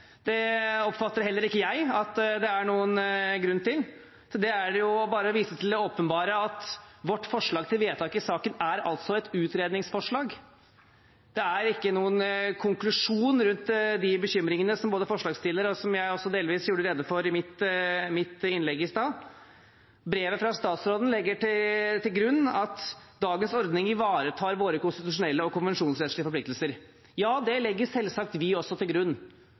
Det oppfatter heller ikke jeg at det er noen grunn til, så det er bare å vise til det åpenbare, at vårt forslag til vedtak i saken er et utredningsforslag. Det er ikke noen konklusjon rundt de bekymringene som både forslagsstillerne og delvis også jeg gjorde rede for i mitt innlegg i sted. Brevet fra statsråden legger til grunn at dagens ordning ivaretar våre konstitusjonelle og konvensjonsrettslige forpliktelser. Det legger selvsagt vi også til grunn. Det ville jo være oppsiktsvekkende hvis vi skulle legge til grunn